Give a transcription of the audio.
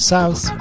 South